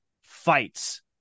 fights